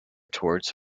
towards